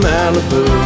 Malibu